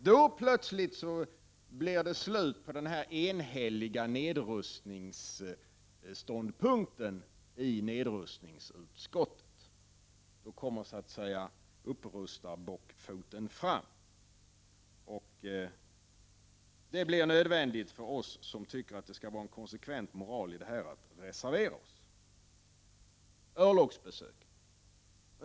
Då plötsligt blir det slut på den enhälliga nedrustningsståndpunkten i nedrustningsutskottet. Då kommer i stället så att säga upprustarbockfoten fram, och det blir nödvändigt för oss som tycker att det skall vara en konsekvent moral i detta att reservera oss. Örlogsbesök!